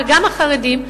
וגם החרדים,